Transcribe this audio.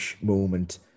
moment